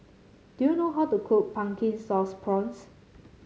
do you know how to cook Pumpkin Sauce Prawns